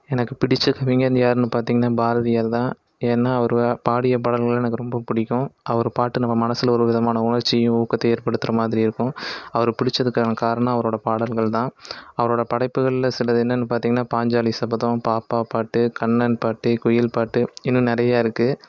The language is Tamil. எனக்கு பிடித்த கவிஞர் யாருனு பார்த்தீங்கனா பாரதியார் தான் ஏன்னால் அவர் பாடிய பாடல்களாம் எனக்கு ரொம்ப பிடிக்கும் அவரு பாட்டு நம்ம மனசில் ஒரு விதமான உணர்ச்சியும் ஊக்கத்தையும் ஏற்படுத்துகிற மாதிரி இருக்கும் அவரை பிடித்ததுக்கான காரணம் அவரோடய பாடல்கள் தான் அவரோடய படைப்புகளில் சிலது என்னது பார்த்தீங்கனா பாஞ்சாலி சபதம் பாப்பா பாட்டு கண்ணன் பாட்டு குயில் பாட்டு இன்னும் நிறையாருக்கு